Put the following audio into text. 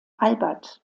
albert